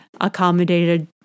accommodated